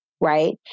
right